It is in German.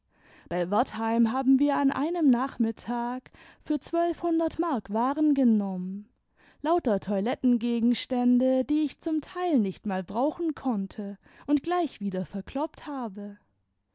bei wertheim haben wir an einem nachmittag für zwölfhundert mark waren genommen lauter toilettengegenstände die ich zum teil nicht mal brauchen konnte und gleich wieder verkloppt habe